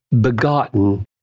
begotten